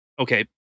okay